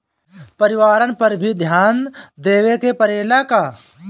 परिवारन पर भी ध्यान देवे के परेला का?